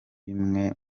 bimwe